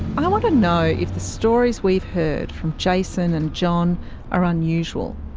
i want to know if the stories we've heard from jason and john are unusual,